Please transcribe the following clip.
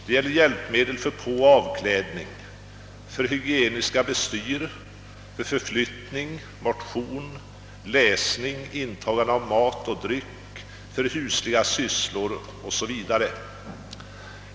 Det gäller hjälpmedel för påoch avklädning, för hygieniska bestyr, för förflyttning, motion, läsning, intagande av mat och dryck, för husliga sysslor o. s. v.